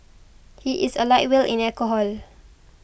he is a lightweight in alcohol